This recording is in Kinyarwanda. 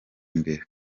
imbere